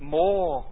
more